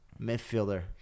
midfielder